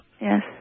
Yes